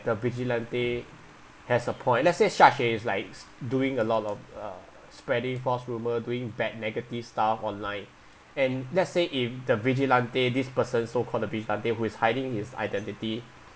the vigilante has a point let's say xiaxue is like s~ doing a lot of uh spreading false rumor doing bad negative stuff online and let's say if the vigilante this person so-called the vigilante who is hiding his identity